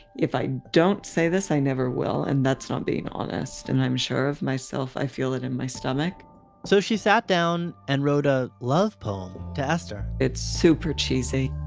if i don't say this i never will and that's not being honest and i'm sure of myself, i feel it in my stomach so she sat down and wrote a love poem to esther. it's super cheesy.